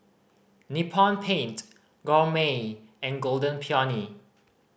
Nippon Paint Gourmet and Golden Peony